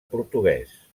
portuguès